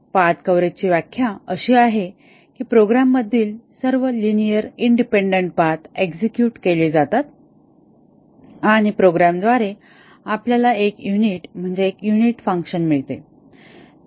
path कव्हरेजची व्याख्या अशी आहे की प्रोग्राममधील सर्व लिनिअर इंडिपेंडन्ट पाथ एक्झेक्युट केले जातात आणि प्रोग्रामद्वारे आपल्याला एक युनिट म्हणजेच एक युनिट फंक्शन मिळते